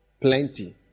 plenty